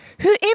Whoever